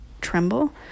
tremble